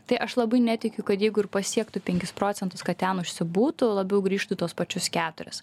tai aš labai netikiu kad jeigu ir pasiektų penkis procentus kad ten užsibūtų labiau grįžtų į tuos pačius keturis